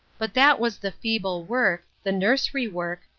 but that was the feeble work, the nursery work,